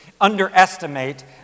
underestimate